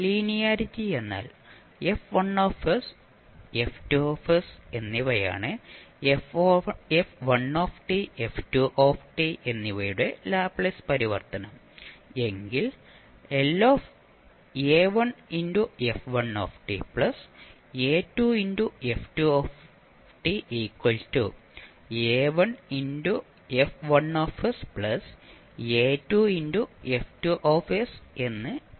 linearity എന്നാൽ F1 F2 എന്നിവയാണ് f1 f2 എന്നിവയുടെ ലാപ്ലേസ് പരിവർത്തനം എങ്കിൽ എന്ന് നമുക്ക് പറയാൻ കഴിയും